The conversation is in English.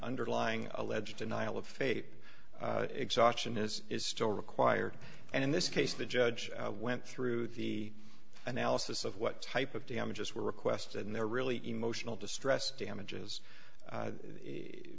underlying alleged denial of fate exhaustion is is still required and in this case the judge went through the analysis of what type of damages were requested and there really emotional distress damages